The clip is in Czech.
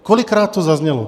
Kolikrát to zaznělo?